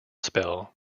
spell